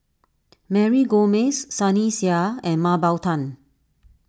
Mary Gomes Sunny Sia and Mah Bow Tan